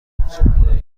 بود